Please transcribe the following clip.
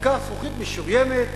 לקח זכוכית משוריינת,